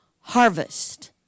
harvest